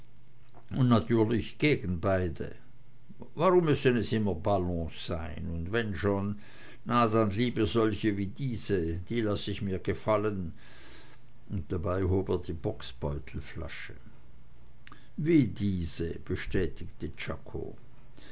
und natürlich gegen beide warum müssen es immer ballons sein und wenn schon na dann lieber solche wie diese die laß ich mir gefallen und dabei hob er die bocksbeutelflasche wie diese bestätigte czako